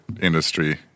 industry